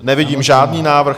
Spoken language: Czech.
Nevidím žádný návrh.